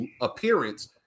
appearance